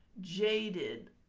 jaded